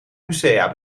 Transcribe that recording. musea